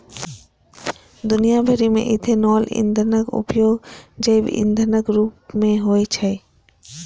दुनिया भरि मे इथेनॉल ईंधनक उपयोग जैव ईंधनक रूप मे होइ छै